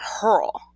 hurl